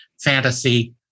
fantasy